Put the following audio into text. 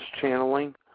channeling